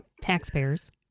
taxpayers